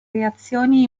reazioni